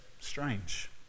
strange